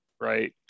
right